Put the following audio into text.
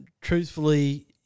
Truthfully